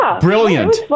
brilliant